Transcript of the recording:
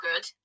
good